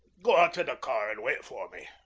go out to the car and wait for me.